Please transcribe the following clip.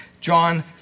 John